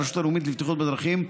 הרשות הלאומית לבטיחות בדרכים,